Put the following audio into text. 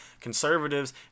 conservatives